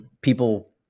people